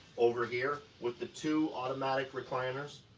over here, with the two automatic recliners.